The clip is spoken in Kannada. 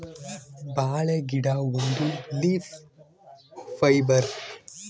ಬಾಳೆ ಗಿಡ ಒಂದು ಲೀಫ್ ಫೈಬರ್